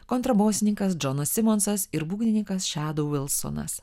kontrabosininkas džonas simonsas ir būgnininkas šadou vilsonas